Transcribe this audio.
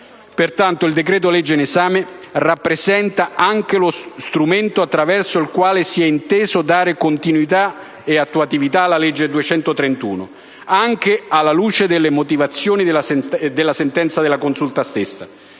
Pertanto, il decreto-legge in esame rappresenta anche lo strumento attraverso il quale si è inteso dare continuità attuativa alla legge n. 231 del 2012 anche alla luce delle motivazioni della sentenza della Consulta.